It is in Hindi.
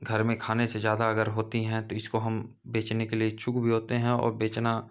घर में खाने से ज़्यादा अगर होती हैं तो इसको हम बेचने के लिए इच्छुक भी होते हैं और बेचना